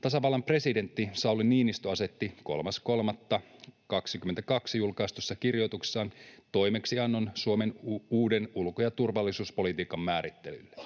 Tasavallan presidentti Sauli Niinistö asetti 3.3.22 julkaistussa kirjoituksessaan toimeksiannon Suomen uuden ulko- ja turvallisuuspolitiikan määrittelylle.